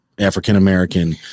african-american